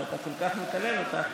שאתה כל כך מקלל אותה,